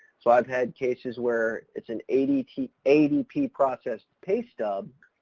so i've had cases where it's an adp adp process pay stub,